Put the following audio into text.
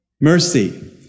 Mercy